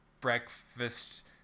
breakfast